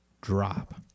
drop